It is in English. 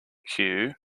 queue